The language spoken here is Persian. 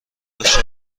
باش